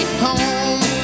home